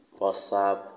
WhatsApp